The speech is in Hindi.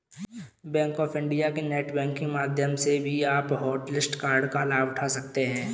बैंक ऑफ इंडिया के नेट बैंकिंग माध्यम से भी आप हॉटलिस्ट कार्ड का लाभ उठा सकते हैं